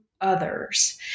others